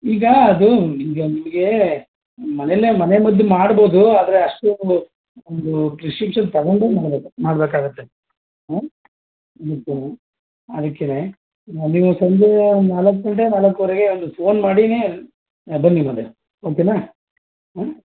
ಈಗ ಅದು ನಿಮಗೆ ನಿಮಗೆ ಮನೆಲ್ಲೇ ಮನೆ ಮದ್ದು ಮಾಡಬೋದು ಆದರೆ ಅಷ್ಟೊಂದು ಒಂದು ಪ್ರಿಸ್ಕ್ರಿಪ್ಷನ್ ತೊಗೊಂಡು ಮಾಡ್ಬೇಕು ಮಾಡಬೇಕಾಗುತ್ತೆ ಹ್ಞೂಂ ಸರಿ ಅದಕ್ಕೆ ನೀವು ಸಂಜೆ ನಾಲ್ಕುಗಂಟೆ ನಾಲ್ಕೂವರೆಗೆ ಒಂದು ಫೋನ್ ಮಾಡಿಯೇ ಬನ್ನಿ ಮಾದೇವ ಓಕೆಯಾ ಹ್ಞೂಂ